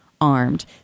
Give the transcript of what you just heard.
armed